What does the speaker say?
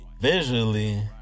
Visually